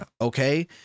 Okay